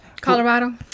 Colorado